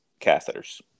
catheters